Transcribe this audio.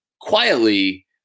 quietly –